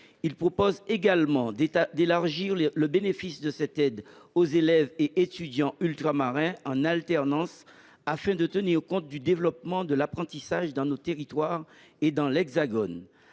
Il tend également à étendre le bénéfice de cette aide aux élèves et étudiants ultramarins en alternance, pour tenir compte du développement de l’apprentissage dans nos territoires et dans l’Hexagone.